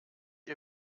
ihr